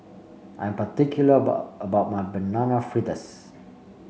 I am particular about about my Banana Fritters